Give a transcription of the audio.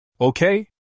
Okay